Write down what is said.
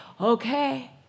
Okay